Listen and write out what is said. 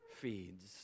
feeds